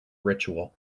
ritual